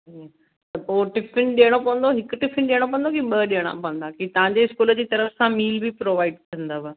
त पोइ टिफिन ॾेयणो पवंदो हिकु टिफिन ॾेयणो पवंदो की ॿ ॾेयणा पवंदा की तव्हांजे स्कूल जी तरफ सां मील बि प्रोवाइड कंदव